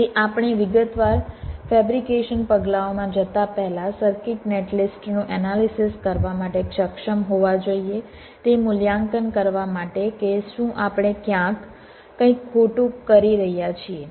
તેથી આપણે વિગતવાર ફેબ્રિકેશન પગલાંઓમાં જતા પહેલા સર્કિટ નેટલિસ્ટ નું એનાલિસિસ કરવા માટે સક્ષમ હોવા જોઈએ તે મૂલ્યાંકન કરવા માટે કે શું આપણે ક્યાંક કંઈક ખોટું કરી રહ્યા છીએ